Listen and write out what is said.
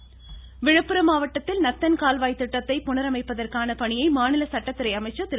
சண்முகம் விழுப்புரம் மாவட்டத்தில் நந்தன் கால்வாய் திட்டத்தை புனரமைப்பதற்கான பணியை மாநில சட்டத்துறை அமைச்சர் திரு